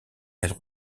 elle